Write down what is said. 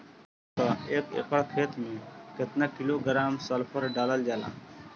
सरसों क एक एकड़ खेते में केतना किलोग्राम सल्फर डालल जाला?